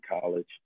college